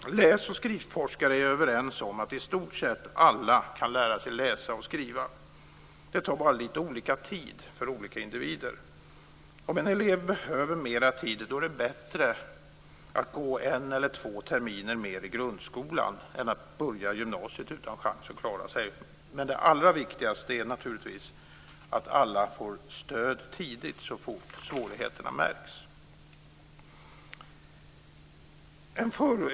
Läs och skrivforskare är överens som att i stort sett alla kan lära sig läsa och skriva. Det tar bara lite olika tid för olika individer. Om en elev behöver mera tid är det bättre att gå en eller två terminer mer i grundskolan än att börja gymnasiet utan chans att klara sig. Men det allra viktigaste är naturligtvis att alla får stöd tidigt så fort svårigheterna märks.